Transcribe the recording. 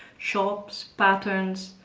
shops, patterns,